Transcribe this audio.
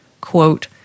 Quote